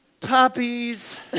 Puppies